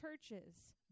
churches